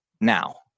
now